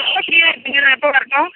எப்போ ஃப்ரீயாக இருப்பீங்க நான் எப்போ வரட்டும்